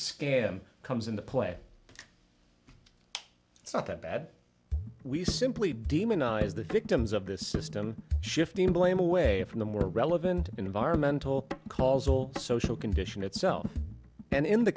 scam comes into play it's not that bad we simply demonize the victims of this system shifting blame away from the more relevant environmental causal social condition itself and in the